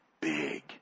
big